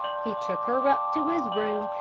he took her up to his room,